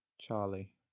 Charlie